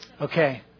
Okay